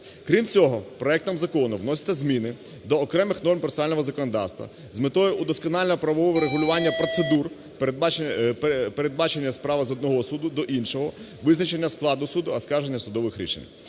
Крім цього, проектом Закону вносяться зміни до окремих норм процесуального законодавства, з метою удосконалення правового врегулювання процедур передбачення… справ з одного суду до іншого, визначення складу суду, оскарження судових рішень.